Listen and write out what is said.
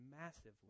massively